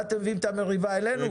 מה אתם מביאים את המריבה אלינו?